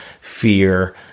fear